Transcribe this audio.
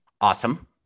Awesome